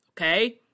okay